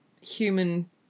human